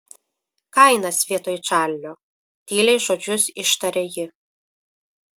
kainas vietoj čarlio tyliai žodžius ištarė ji